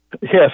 Yes